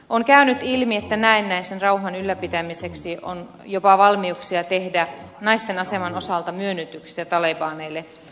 on käynyt ilmi että näennäisen rauhan ylläpitämiseksi on jopa valmiuksia tehdä naisten aseman osalta myönnytyksiä talebaneille